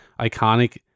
iconic